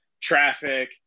Traffic